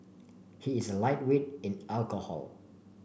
he is a lightweight in alcohol